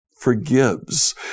forgives